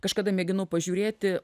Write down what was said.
kažkada mėginau pažiūrėti